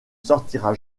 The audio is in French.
sortira